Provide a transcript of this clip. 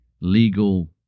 legal